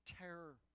terror